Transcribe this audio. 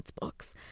books